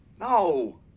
No